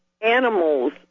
animals